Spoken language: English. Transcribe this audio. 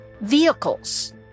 vehicles